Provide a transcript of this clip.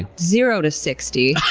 zero to sixty,